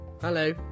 Hello